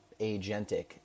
Agentic